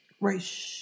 Right